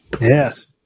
Yes